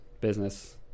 business